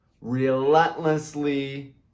Relentlessly